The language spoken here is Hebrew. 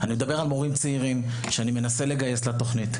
אני מדבר על מורים צעירים שאני מנסה לגייס לתוכנית.